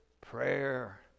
prayer